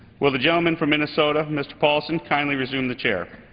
will the gentleman from minnesota, mr. paulsen, kindly resume the chair.